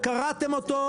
וקרעתם אותו,